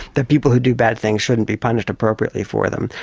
that people who do bad things shouldn't be punished appropriately for them.